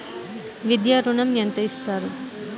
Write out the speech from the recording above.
విద్యా ఋణం ఎంత ఇస్తారు?